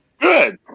Good